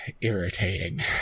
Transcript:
irritating